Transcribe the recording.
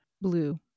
Blue